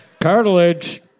Cartilage